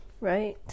right